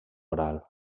oral